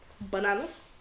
bananas